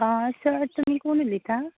आं सर तुमी कोण उलयता